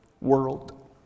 World